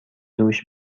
دوش